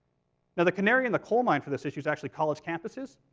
the the canary in the coal mine for this issue is actually college campuses.